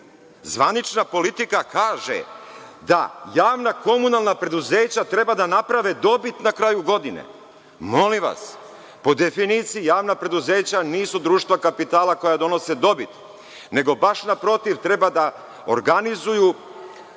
zvanična politika kaže da javna komunalna preduzeća treba da naprave dobit na kraju godine. Molim vas, po definiciji javna preduzeća nisu društva kapitala koja donose dobit, nego baš naprotiv, treba da organizuju